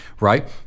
right